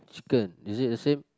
chicken is it the same